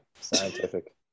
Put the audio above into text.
Scientific